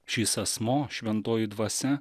šis asmo šventoji dvasia